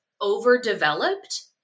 overdeveloped